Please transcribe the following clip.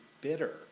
bitter